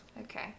Okay